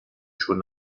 schon